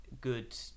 good